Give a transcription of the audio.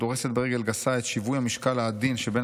דורסת ברגל גסה את שיווי המשקל העדין שבין